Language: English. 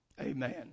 Amen